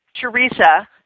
Teresa